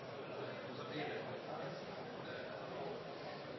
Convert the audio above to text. presidenten